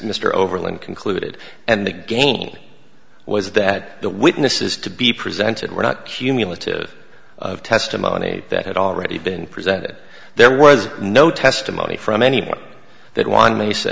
mr overland concluded and again was that the witnesses to be presented were not cumulative testimony that had already been presented there was no testimony from anyone that won